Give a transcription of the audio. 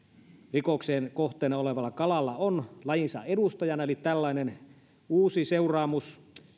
rikoksen kohteena olevalla kalalla on lajinsa edustajana eli tulisi tällainen uusi seuraamus